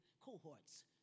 cohorts